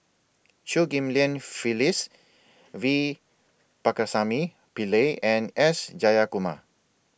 Chew Ghim Lian Phyllis V Pakirisamy Pillai and S Jayakumar